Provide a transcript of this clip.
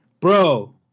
bro